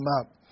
up